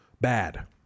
bad